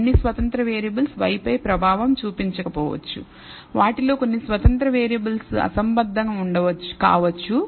అన్ని స్వతంత్ర variable y పై ప్రభావం చూపకపోవచ్చు వాటిలో కొన్ని స్వతంత్ర వేరియబుల్ అసంబద్ధం కావచ్చు